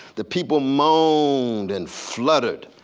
the people moaned and fluttered.